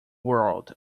world